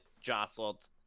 Jostled